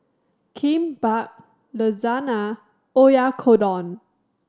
Kimbap Lasagna Oyakodon